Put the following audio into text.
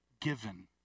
given